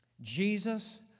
Jesus